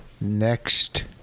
Next